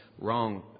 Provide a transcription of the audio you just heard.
Wrong